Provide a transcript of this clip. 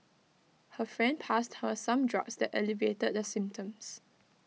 her friend passed her some drugs that alleviated the symptoms